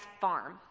farm